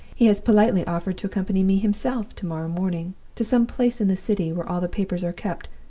he has politely offered to accompany me himself to-morrow morning to some place in the city where all the papers are kept,